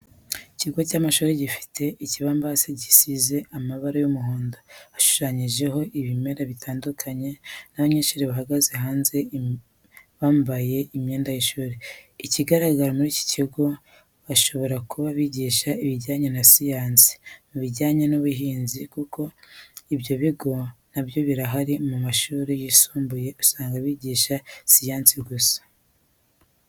Ikigo cy'amashuri gifite ikibambasi gisize amabara y'umuhondo, hashushanyijeho ibimera bitandukanye n'abanyeshuri bahagaze hanze bambaye imyenda y'ishuri, ikigaragara muri iki kigo bashobora kuba bigisha ibijyanye na siyansi, mubijyanye n'ubuhinzi kuko ibyo bigo na byo birahari mu mashuri yisumbuye usanga byigisha siyansi gusa.